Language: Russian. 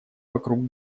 вокруг